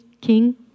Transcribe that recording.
king